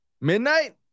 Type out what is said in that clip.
Midnight